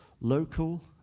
local